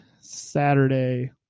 Saturday